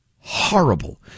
horrible